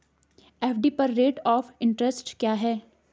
FD पर rate of interest क्या है?